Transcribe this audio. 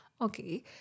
okay